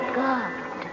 god